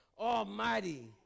almighty